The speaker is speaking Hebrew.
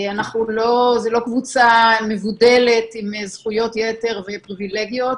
אנחנו לא קבוצה מבודלת עם זכויות יתר ופריבילגיות,